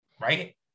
right